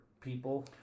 people